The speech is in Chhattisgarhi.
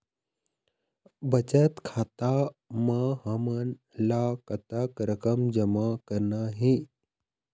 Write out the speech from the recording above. बचत खाता म हमन ला कतक रकम जमा करना हे?